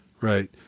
Right